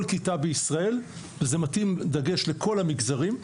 כיתה בישראל וזה מתאים דגש לכל המגזרים,